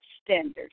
standards